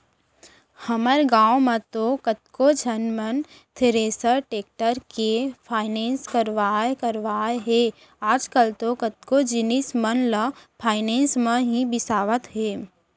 हमर गॉंव म तो कतको झन मन थेरेसर, टेक्टर के फायनेंस करवाय करवाय हे आजकल तो कतको जिनिस मन ल फायनेंस म ही बिसावत हें